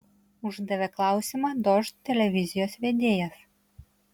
uždavė klausimą dožd televizijos vedėjas